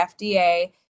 FDA